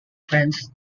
friends